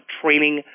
training